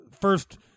First